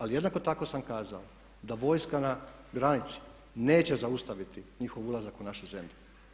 Ali jednako tako sam kazao da vojska na granici neće zaustaviti njihov ulazak u našu zemlju.